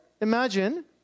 imagine